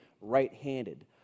right-handed